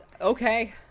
Okay